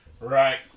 Right